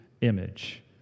image